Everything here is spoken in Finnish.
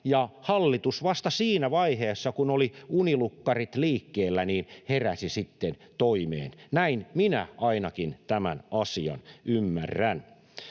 hallitus vasta siinä vaiheessa, kun olivat unilukkarit liikkeellä, heräsi sitten toimeen — näin minä ainakin tämän asian ymmärrän.